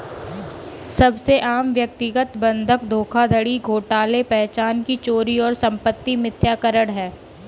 सबसे आम व्यक्तिगत बंधक धोखाधड़ी घोटाले पहचान की चोरी और संपत्ति मिथ्याकरण है